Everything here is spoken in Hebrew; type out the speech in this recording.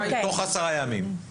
תוך עשרה ימים.